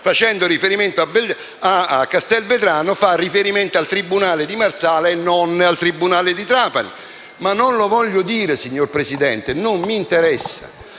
facendo riferimento a Castelvetrano, fa riferimento al tribunale di Marsala e non al tribunale di Trapani. Ma non lo voglio dire, signor Presidente, perché non mi interessa: